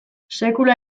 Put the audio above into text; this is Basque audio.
sekula